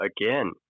Again